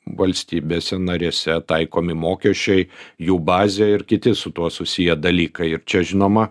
valstybėse narėse taikomi mokesčiai jų bazė ir kiti su tuo susiję dalykai ir čia žinoma